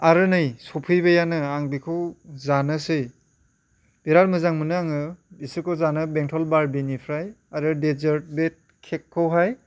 आरो नै सफैबायानो आं बिखौ जानोसै बिराथ मोजां मोनो आङो बिसोरखौ जानो बेंटल बारबिनिफ्राय आरो डेजार्ट बे केकखौहाय